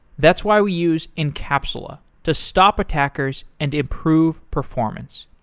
that's why we use encapsula to stop attackers and improve performance.